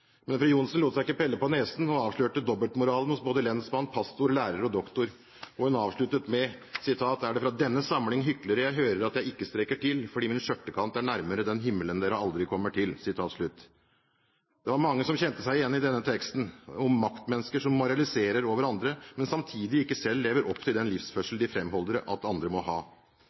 Men fru Johnsen lot seg ikke pelle på nesen og avslørte dobbeltmoralen hos både lensmannen, pastoren, læreren og doktoren. Og hun avsluttet med: «Er det fra denne samling hyklere jeg hører at jeg ikke strekker til, fordi min skjørtekant er nærmere den himmelen dere aldri kommer til?» Det var mange som kjente seg igjen i denne teksten om maktmennesker som moraliserer over andre, men samtidig ikke selv lever opp til den livsførselen de framholder at andre må ha.